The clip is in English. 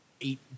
eight